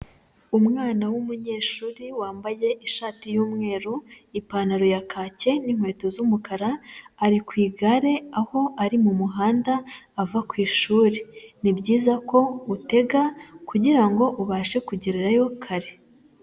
Umwana w'umunyeshuri wambaye ishati y'umweru, ipantaro ya kake n'inkweto z'umukara, ari ku igare aho ari mu muhanda ava ku ishuri. Ni byiza ko utega kugira ngo ubashe ku kugerayo kare.